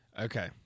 Okay